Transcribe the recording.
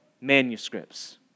manuscripts